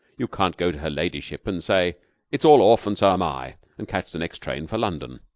you can't go to her ladyship and say it's all off, and so am i and catch the next train for london.